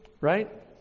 right